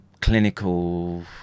clinical